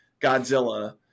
Godzilla